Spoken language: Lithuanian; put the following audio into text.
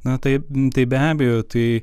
na tai tai be abejo tai